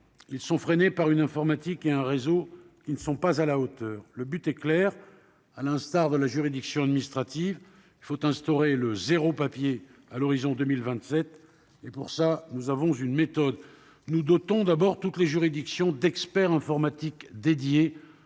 ils sont freinés par une informatique et un réseau qui ne sont pas à la hauteur. Le but est clair : comme dans la juridiction administrative, il faut instaurer le zéro papier à l'horizon 2027. Pour cela, nous avons une méthode. Nous dotons d'abord toutes les juridictions d'experts en informatique qui